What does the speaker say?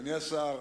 אדוני השר,